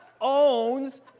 owns